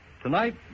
Tonight